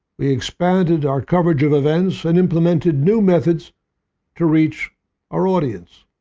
we expanded our coverage of events and implemented new methods to reach our audience.